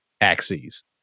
axes